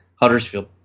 huddersfield